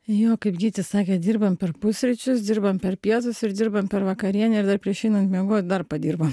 jo kaip gytis sakė dirbam per pusryčius dirbam per pietus ir dirbam per vakarienę dar prieš einant miegot dar padirba